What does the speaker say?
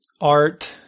art